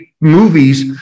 movies